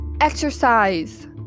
exercise